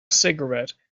cigarette